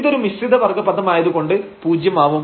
ഇത് ഒരു മിശ്രിത വർഗ്ഗ പദം ആയതുകൊണ്ട് പൂജ്യം ആവും